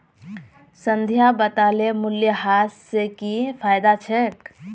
संध्या बताले मूल्यह्रास स की फायदा छेक